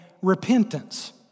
repentance